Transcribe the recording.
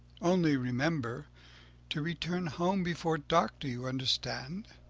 only remember to return home before dark. do you understand?